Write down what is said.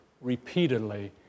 repeatedly